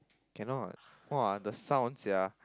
cannot !wah! the sound sia